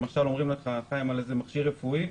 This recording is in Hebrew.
למשל אומרים לך לגבי איזה מכשיר רפואי: